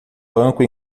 banco